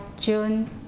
June